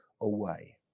away